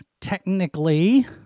Technically